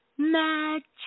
Magic